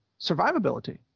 survivability